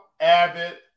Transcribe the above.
Abbott